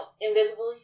invisibly